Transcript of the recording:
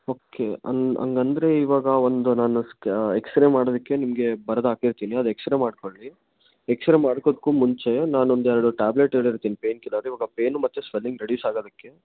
okay ಹಂಗಂದ್ರೆ ಇವಾಗ ಒಂದು ನಾನು ಸ್ಕ್ಯಾ ಎಕ್ಸ್ ರೇ ಮಾಡೋದಕ್ಕೆ ನಿಮಗೆ ಬರ್ದು ಹಾಕಿರ್ತೀನಿ ಅದು ಎಕ್ಸ್ ರೇ ಮಾಡಿಕೊಳ್ಳಿ ಎಕ್ಸ್ ರೇ ಮಾಡೋಕು ಮುಂಚೆ ನಾನು ಒಂದೆರಡು ಟ್ಯಾಬ್ಲೆಟ್ ಹೇಳಿರ್ತೀನಿ ಪೈನ್ ಕಿಲ್ಲರ್ ಇವಾಗ ಪೈನ್ ಮತ್ತೆ ಸ್ವೆಲ್ಲಿಂಗ್ ರೆಡ್ಯೂಸ್ ಆಗೋದಕ್ಕೆ